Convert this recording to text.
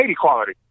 quality